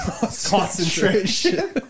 Concentration